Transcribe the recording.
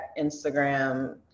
Instagram